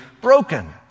broken